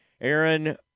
Aaron